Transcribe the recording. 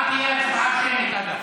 אגב, ההצבעה תהיה הצבעה שמית.